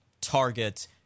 target